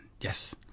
yes